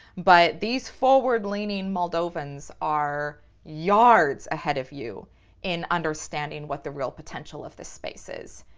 but these forward-leaning moldovans are yards ahead of you in understanding what the real potential of this space is.